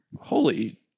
Holy